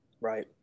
right